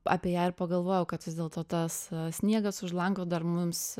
apie ją ir pagalvojau kad vis dėlto tas sniegas už lango dar mums